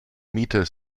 meter